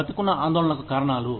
బతికున్న ఆందోళనకు కారణాలు